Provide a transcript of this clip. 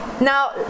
Now